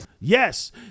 Yes